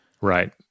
Right